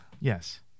Yes